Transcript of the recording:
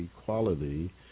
equality